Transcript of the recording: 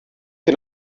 can